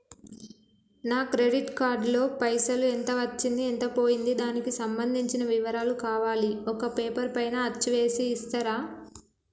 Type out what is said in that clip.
నా credit card లో పైసలు ఎంత వచ్చింది ఎంత పోయింది దానికి సంబంధించిన వివరాలు కావాలి ఒక పేపర్ పైన అచ్చు చేసి ఇస్తరా?